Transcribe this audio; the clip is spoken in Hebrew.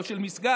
אבל של מסגד,